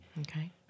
Okay